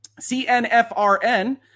CNFRN